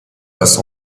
dass